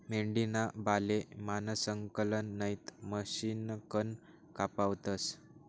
मेंढीना बाले माणसंसकन नैते मशिनकन कापावतस